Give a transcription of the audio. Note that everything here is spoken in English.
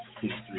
history